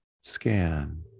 scan